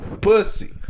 pussy